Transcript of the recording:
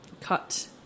cut